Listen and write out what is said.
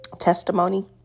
testimony